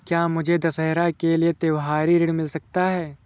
क्या मुझे दशहरा के लिए त्योहारी ऋण मिल सकता है?